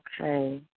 Okay